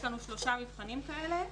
יש לנו שלושה מבחנים כאלה,